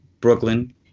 Brooklyn